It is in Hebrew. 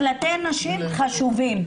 מקלטי נשים חשובים,